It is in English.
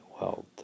wealth